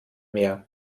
mehr